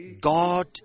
God